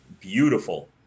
beautiful